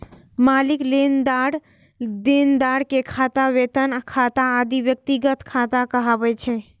मालिक, लेनदार, देनदार के खाता, वेतन खाता आदि व्यक्तिगत खाता कहाबै छै